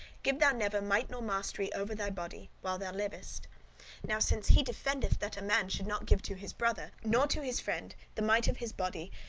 give thou never might nor mastery over thy body, while thou livest now, since he defendeth that a man should not give to his brother, nor to his friend, the might of his body,